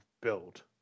build